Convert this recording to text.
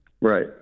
Right